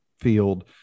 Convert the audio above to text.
field